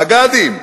מג"דים,